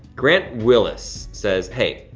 grant willis says, hey,